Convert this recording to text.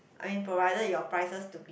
I mean provided your prices to be